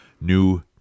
new